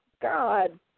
God